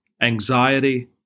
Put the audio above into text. anxiety